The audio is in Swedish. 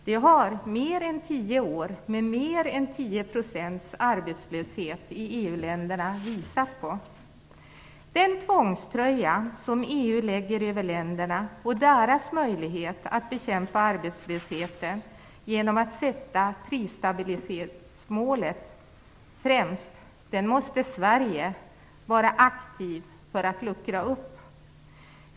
Det har mer än tio år med mer än 10 % arbetslöshet i EU länderna visat på. Det hinder i form av en tvångströja som EU lägger över länderna och deras möjligheter att bekämpa arbetslösheten genom att sätta prisstabilitetsmålet främst måste Sverige vara aktiv för att luckra upp.